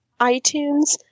iTunes